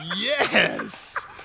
yes